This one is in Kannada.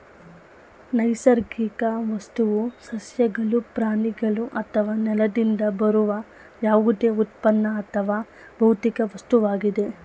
ನೈಸರ್ಗಿಕ ವಸ್ತುವು ಸಸ್ಯಗಳು ಪ್ರಾಣಿಗಳು ಅಥವಾ ನೆಲದಿಂದ ಬರುವ ಯಾವುದೇ ಉತ್ಪನ್ನ ಅಥವಾ ಭೌತಿಕ ವಸ್ತುವಾಗಿದೆ